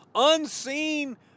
unseen